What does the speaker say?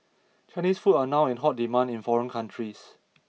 Chinese food are now in hot demand in foreign cities